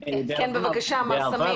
כן, בבקשה, מר סאמין.